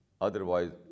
otherwise